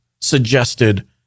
suggested